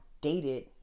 dated